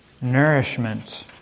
Nourishment